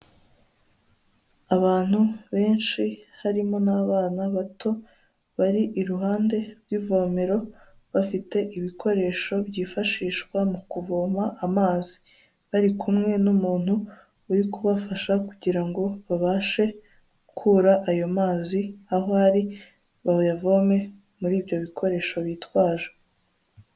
Abantu benshi harimo n'abana bato bari iruhande rw'ivomero bafite ibikoresho byifashishwa mu kuvoma amazi bari kumwe n'umuntu uri kubafasha kugira ngo babashe gukura ayo mazi aho ari bayavome muri ibyo bikoresho bitwaje.